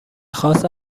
خاص